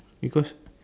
because